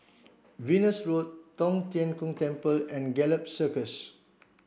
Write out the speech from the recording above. Venus Road Tong Tien Kung Temple and Gallop Circus